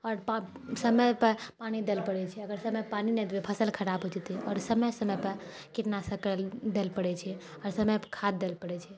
आओर समयपर पानी दैलऽ पड़ै छै अगर समयपर पानी नहि देबै फसल खराब हो जेतै आओर समय समयपर कीटनाशक दैलऽ पड़ै छै समयपर खाद दैलऽ पड़ै छै